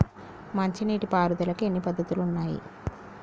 మంచి నీటి పారుదలకి ఎన్ని పద్దతులు ఉన్నాయి?